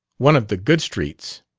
one of the good streets,